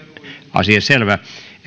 asia selvä